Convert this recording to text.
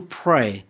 pray